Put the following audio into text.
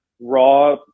raw